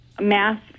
math